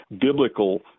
biblical